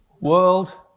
World